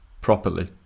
properly